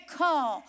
call